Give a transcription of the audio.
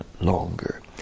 longer